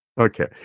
Okay